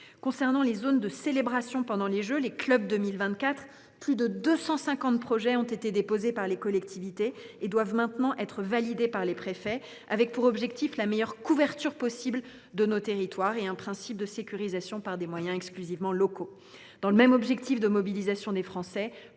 concerne les zones de célébration pendant les Jeux, les clubs 2024, plus de 250 projets ont été déposés par les collectivités et doivent maintenant être validés par les préfets, avec pour objectif la meilleure couverture possible de nos territoires et un principe de sécurisation par des moyens exclusivement locaux. Dans le même objectif de mobilisation de tous les Français,